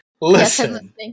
listen